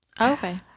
Okay